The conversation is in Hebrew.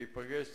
להיפגש צריך.